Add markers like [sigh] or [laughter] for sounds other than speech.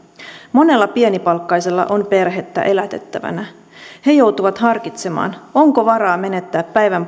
monella pienipalkkaisella on perhettä elätettävänä he joutuvat harkitsemaan onko varaa menettää päivän [unintelligible]